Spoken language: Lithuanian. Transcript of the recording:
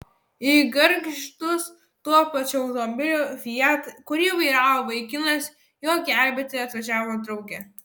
į gargždus tuo pačiu automobiliu fiat kurį vairavo vaikinas jo gelbėti atvažiavo draugė